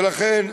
ולכן,